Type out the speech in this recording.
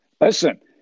listen